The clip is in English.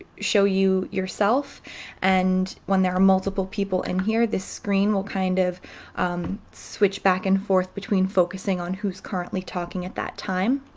show yourself and when there are multiple people and here this screen will kind of switch back and forth between focusing on who's currently talking at that time.